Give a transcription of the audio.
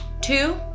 Two